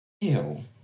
Ew